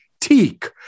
teak